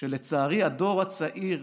שלצערי הדור הצעיר